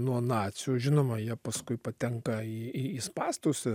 nuo nacių žinoma jie paskui patenka į į į spąstus